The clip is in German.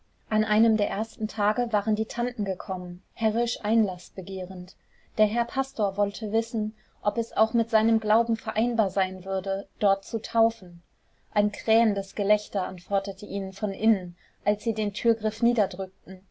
an einem der ersten tage waren die tanten gekommen herrisch einlaß begehrend der herr pastor wollte wissen ob es auch mit seinem glauben vereinbar sein würde dort zu taufen ein krähendes gelächter antwortete ihnen von innen als sie den türgriff niederdrückten